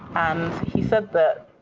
and he said that,